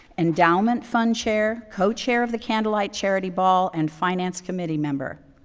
endowment fund chair, co-chair of the candlelight charity ball, and finance committee member.